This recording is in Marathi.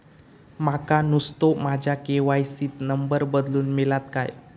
माका नुस्तो माझ्या के.वाय.सी त नंबर बदलून मिलात काय?